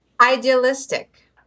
Idealistic